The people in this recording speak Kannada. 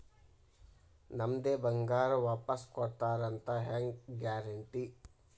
ನಮ್ಮದೇ ಬಂಗಾರ ವಾಪಸ್ ಕೊಡ್ತಾರಂತ ಹೆಂಗ್ ಗ್ಯಾರಂಟಿ?